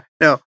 no